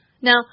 Now